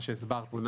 מה שהסברתי.